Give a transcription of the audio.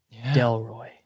Delroy